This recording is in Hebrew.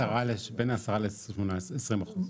בין 10% ל-20%.